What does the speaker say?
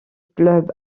club